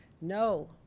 no